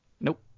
Nope